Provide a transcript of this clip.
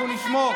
אנחנו נשמור.